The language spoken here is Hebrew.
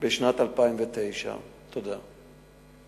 בשנת 2009. תודה.